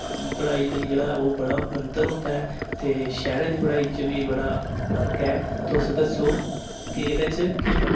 पढ़ाई दी जेहड़ा ओह् बड़ा अन्तर होंदा ऐ ते शैह्रे दी पढ़ाई च बी बड़ा फर्क ऐ तुस दस्सो कि एह्दे च केह् फर्क